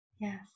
Yes